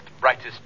brightest